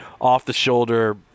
off-the-shoulder